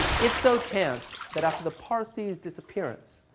it's so chanced that after the parsees' disappearance,